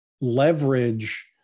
leverage